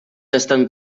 estan